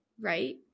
right